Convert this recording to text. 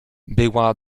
była